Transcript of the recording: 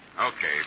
okay